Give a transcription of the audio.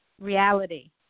reality